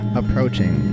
approaching